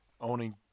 owning